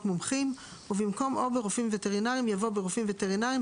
מומחים" ובמקום "או ברופאים וטרינריים" יבוא "ברופאים וטרינרים,